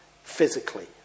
physically